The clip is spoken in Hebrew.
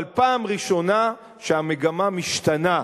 אבל פעם ראשונה שהמגמה משתנה,